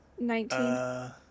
Nineteen